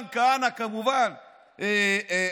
רבותיי,